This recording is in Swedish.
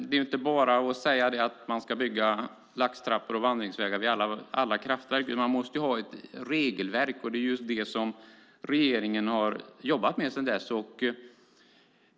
Det är inte bara att säga att man ska bygga laxtrappor och vandringsvägar vid alla kraftverk, utan man måste ha ett regelverk, och det är just det som regeringen har jobbat med.